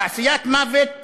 תעשיית מוות